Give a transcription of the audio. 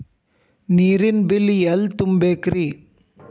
ನೇರಿನ ಬಿಲ್ ಎಲ್ಲ ತುಂಬೇಕ್ರಿ?